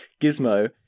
Gizmo